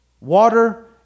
water